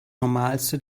normalste